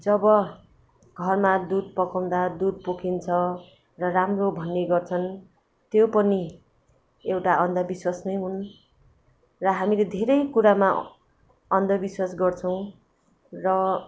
जब घरमा दुध पकाउँदा दुध पोखिन्छ र राम्रो भन्ने गर्छन् त्यो पनि एउटा अन्धविश्वास नै हुन् र हामीले धेरै कुरामा अन्धविश्वास गर्छौँ र